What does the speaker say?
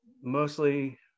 mostly